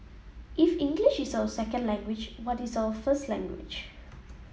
if English is our second language what is our first language